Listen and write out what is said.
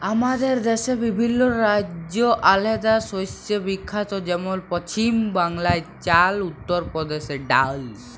আমাদের দ্যাশে বিভিল্ল্য রাজ্য আলেদা শস্যে বিখ্যাত যেমল পছিম বাংলায় চাল, উত্তর পরদেশে ডাল